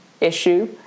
issue